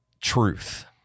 truth